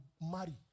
marry